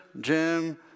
Jim